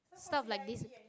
stuff like this